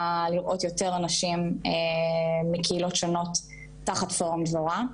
לראות יותר נשים מקהילות שונות תחת פורום 'דבורה'.